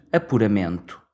apuramento